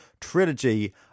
trilogy